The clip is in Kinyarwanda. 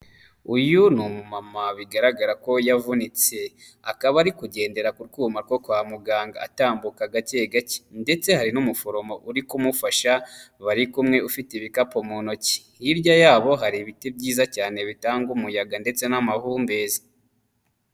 Uyu ni umumama bigaragara ko yavunitse, akaba ari kugendera ku twuma two kwa muganga atambuka gake gake ndetse hari n'umuforomo uri kumufasha bari kumwe ufite ibikapu mu ntoki, hirya yabo hari ibiti byiza cyane bitanga umuyaga ndetse n'amahumbezi.